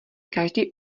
každý